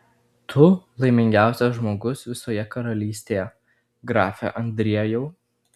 tu laimingiausias žmogus visoje karalystėje grafe andriejau